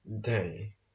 day